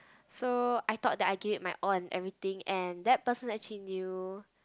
so I thought that I give it my all and everything and that person actually knew